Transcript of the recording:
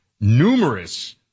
numerous